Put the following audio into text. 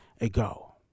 ago